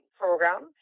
program